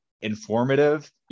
informative